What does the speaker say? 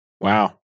Wow